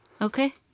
Okay